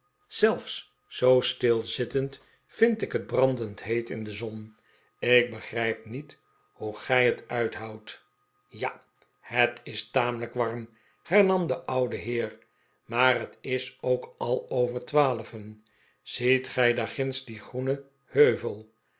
zelfs zoo stil zittend vind ik het brandend heet in de zon ik begrijp niet hoe gij het uithoudt ja het is tamelijk warm hern am de oude heer maar het is ook al over twaalven ziet gij daar ginds dien groenen heuvel